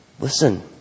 Listen